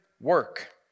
work